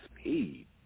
speed